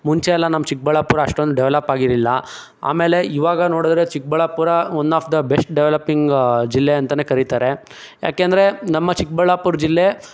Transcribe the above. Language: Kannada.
ಮುಂಚೆಯೆಲ್ಲ ನಮ್ಮ ಚಿಕ್ಕಬಳ್ಳಾಪುರ ಅಷ್ಟೊಂದು ಡೆವಲಪ್ಪಾಗಿರಲಿಲ್ಲ ಆಮೇಲೆ ಈವಾಗ ನೋಡಿದ್ರೆ Chikkaballapur one of the best developing ಜಿಲ್ಲೆ ಅಂತಲೇ ಕರೀತಾರೆ ಯಾಕೆಂದರೆ ನಮ್ಮ ಚಿಕ್ಕಬಳ್ಳಾಪುರ ಜಿಲ್ಲೆ